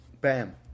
BAM